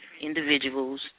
individuals